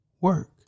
work